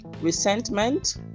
resentment